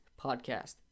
podcast